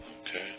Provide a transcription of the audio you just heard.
Okay